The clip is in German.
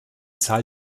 zahl